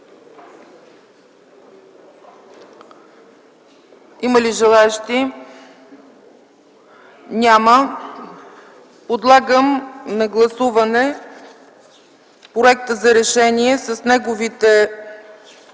Има ли желаещи? Няма. Моля да гласуваме проекта за решение с неговите